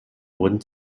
wurden